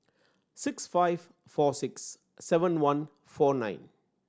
six five four six seven one four nine